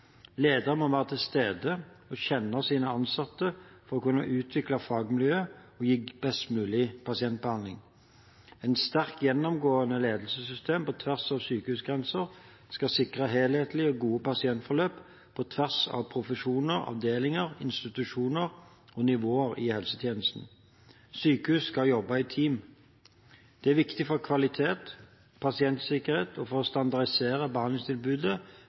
Ledere må være til stede og kjenne sine ansatte for å kunne utvikle fagmiljøene og gi best mulig pasientbehandling. Et sterkt, gjennomgående ledelsessystem på tvers av sykehusgrenser skal sikre helhetlige og gode pasientforløp på tvers av profesjoner, avdelinger, institusjoner og nivåer i helsetjenesten. Sykehusene skal jobbe i team. Det er viktig for kvalitet, for pasientsikkerhet og for å standardisere